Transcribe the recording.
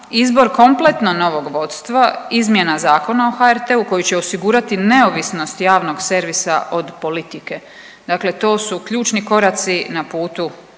izbor kompletno novog vodstva, izmjena Zakona o HRT-u koji će osigurati neovisnost javnog servisa od politike. Dakle, to su ključni koraci na putu